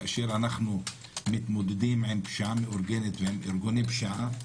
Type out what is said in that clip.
כאשר אנחנו מתמודדים עם פשיעה מאורגנת ועם ארגוני פשיעה,